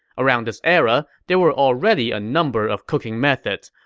around this era, there were already a number of cooking methods.